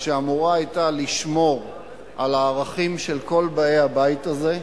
שהיתה אמורה לשמור על הערכים של כל באי הבית הזה,